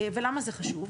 ולמה זה חשוב?